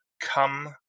come